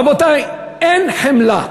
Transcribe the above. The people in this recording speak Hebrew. רבותי, אין חמלה,